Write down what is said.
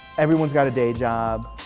everyone's got a day job.